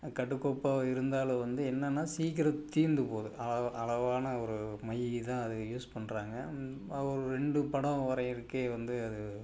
கட்டுக்கோப்பாக இருந்தாலும் வந்து என்னென்னா சீக்கிரம் தீர்ந்து போது அளவாக அளவான ஒரு மைதான் அதில் யூஸ் பண்ணுறாங்க ஒரு ரெண்டு படம் வரையிறதுக்கே வந்து அது